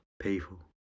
people